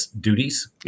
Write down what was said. duties